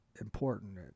important